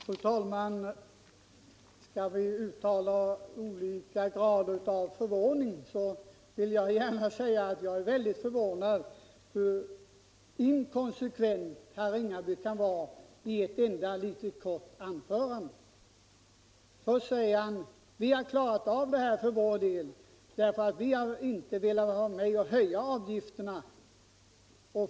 Fru talman! Skall vi uttala olika grader av förvåning, så vill jag gärna säga att jag är väldigt förvånad över hur inkonsekvent herr Ringaby kan vara i ett enda litet kort anförande. Först säger herr Ringaby: Vi moderater har klarat av det här för vår del, för vi har inte velat vara med om att höja avgifterna.